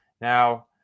Now